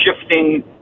shifting